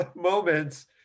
moments